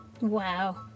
Wow